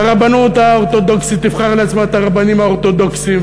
והרבנות האורתודוקסית תבחר לעצמה את הרבנים האורתודוקסים,